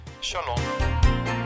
Shalom